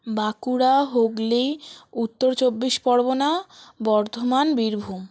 Bankura Hooghly Uttar Chabbish Pargana Bardhaman Birbhum